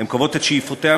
הן קובעות את שאיפותיה,